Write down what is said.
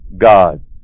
god